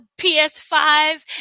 ps5